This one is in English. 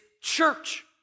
church